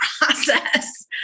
process